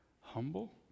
humble